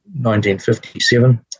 1957